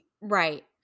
Right